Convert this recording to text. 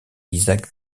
isaac